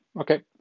okay